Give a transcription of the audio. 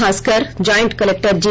Bhaskar joint collector G